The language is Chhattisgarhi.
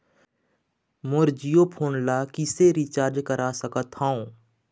मोर जीओ फोन ला किसे रिचार्ज करा सकत हवं?